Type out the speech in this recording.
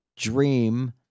Dream